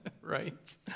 right